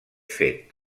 fet